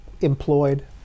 employed